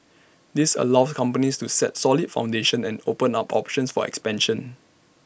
this allows companies to set solid foundation and opens up options for expansion